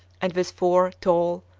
and with four tall,